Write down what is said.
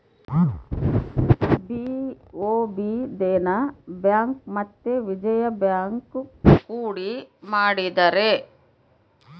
BOB Dena bank ಮತ್ತೆ Vijaya bank ಕೂಡಿ ಮಾಡಿದರೆ